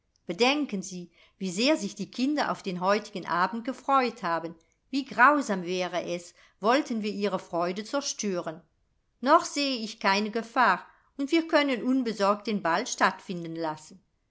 bedenken sie wie sehr sich die kinder auf den heutigen abend gefreut haben wie grausam wäre es wollten wir ihre freude zerstören noch sehe ich keine gefahr und wir können unbesorgt den ball stattfinden lassen